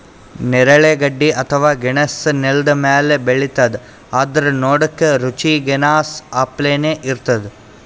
ನೇರಳೆ ಗಡ್ಡಿ ಅಥವಾ ಗೆಣಸ್ ನೆಲ್ದ ಮ್ಯಾಲ್ ಬೆಳಿತದ್ ಆದ್ರ್ ನೋಡಕ್ಕ್ ರುಚಿ ಗೆನಾಸ್ ಅಪ್ಲೆನೇ ಇರ್ತದ್